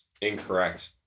incorrect